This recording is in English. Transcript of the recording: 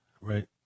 Right